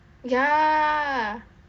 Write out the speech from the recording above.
ya